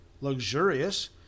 luxurious